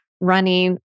running